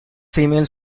female